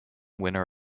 winner